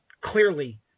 clearly